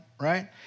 right